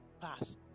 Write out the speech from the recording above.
pass